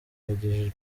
yagejejwe